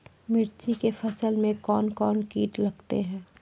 मिर्ची के फसल मे कौन कौन कीट लगते हैं?